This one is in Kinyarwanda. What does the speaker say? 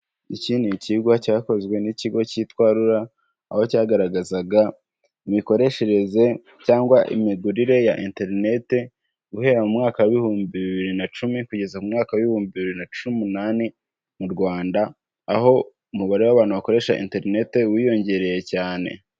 Iki ni icyigwa cyakozwe n'ikigo cyitwa rura, aho cyagaragazaga imikoreshereze cyangwa imigurire ya interineti guhera mu mwaka w'ibihumbi bibiri na cumi kugeza mu mwaka w'ibihumbi bibiri na cumi n'umunani mu Rwanda, aho umubare w'abantu bakoresha interineti wiyongereye cyane.